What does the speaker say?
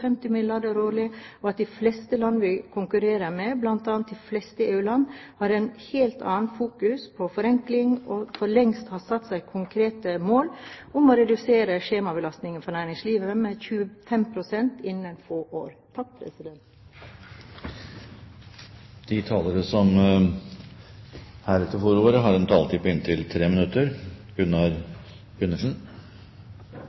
50 milliarder kr årlig og at de fleste land vi konkurrerer med, bl.a. de fleste EU-land, har et helt annet fokus på forenkling og for lengst har satt seg konkrete mål om å redusere skjemabelastningen for næringslivet med 25 pst. innen få år. De talere som heretter får ordet, har en taletid på inntil 3 minutter.